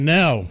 now